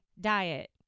diet